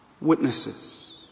witnesses